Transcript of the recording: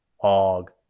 Og